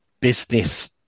business